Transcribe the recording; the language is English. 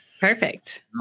Perfect